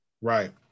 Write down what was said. Right